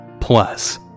Plus